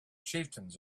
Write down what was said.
chieftains